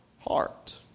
heart